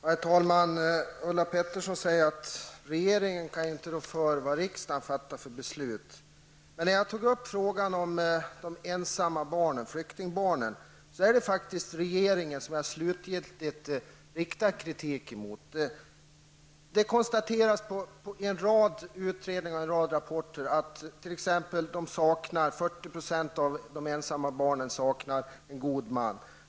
Herr talman! Ulla Pettersson säger att regeringen inte kan rå för de beslut som riksdagen fattar. Men när det gäller frågan om de ensamma barnen, flyktingbarnen, är det faktiskt regeringen som jag riktar kritik mot. Det har i en rad utredningar och rapporter konstaterats att t.ex. 40 % av de ensamma barnen saknar god man.